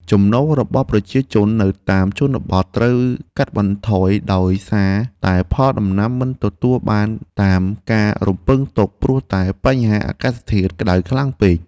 ចំណូលរបស់ប្រជាជននៅតាមជនបទត្រូវកាត់បន្ថយដោយសារតែផលដំណាំមិនទទួលបានតាមការរំពឹងទុកព្រោះតែបញ្ហា អាកាសធាតុក្តៅខ្លាំងពេក។